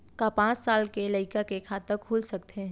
का पाँच साल के लइका के खाता खुल सकथे?